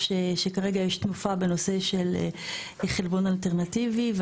שכרגע יש תנופה בנושא של חלבון אלטרנטיבי.